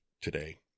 today